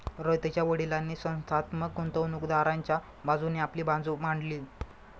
रोहितच्या वडीलांनी संस्थात्मक गुंतवणूकदाराच्या बाजूने आपली बाजू मांडली